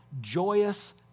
joyous